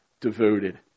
devoted